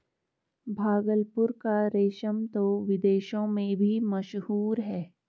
भागलपुर का रेशम तो विदेशों में भी मशहूर है